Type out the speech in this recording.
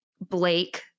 Blake